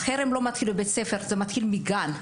החרם לא מתחיל בבית הספר, הוא מתחיל בגן.